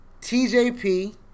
TJP